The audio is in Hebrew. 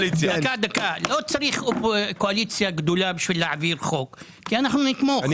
לא צריך קואליציה גדולה כדי להעביר חוק כי אנחנו נתמוך.